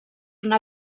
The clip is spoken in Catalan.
una